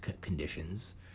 conditions